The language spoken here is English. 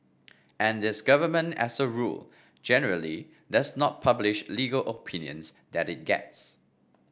and this government as a rule generally does not publish legal opinions that it gets